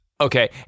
Okay